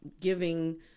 giving